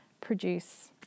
produce